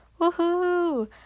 Woohoo